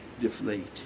deflate